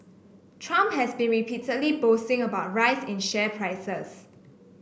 Trump has been repeatedly boasting about rise in share prices